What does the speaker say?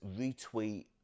retweet